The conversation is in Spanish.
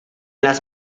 las